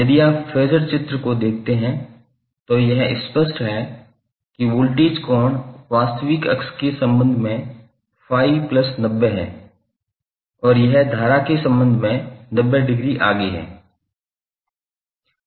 यदि आप फेजर चित्र को देखते हैं तो यह स्पष्ट है कि वोल्टेज कोण वास्तविक अक्ष के संबंध में ∅90 है और यह धारा के संबंध में 90 डिग्री आगे है